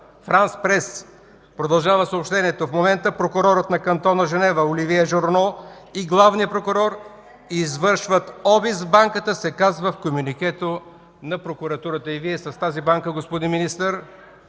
„Франс прес” продължава съобщението: „В момента прокурорът на кантона Женева Оливиé Журнó и главният прокурор извършват обиск в банката” – се казва в комюникето на прокуратурата”. И Вие с тази банка, господин Министър,